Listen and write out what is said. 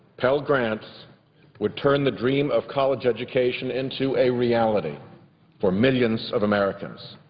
pell grants would turn the dream of college education into a reality for millions of americans.